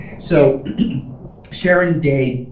so sharon de,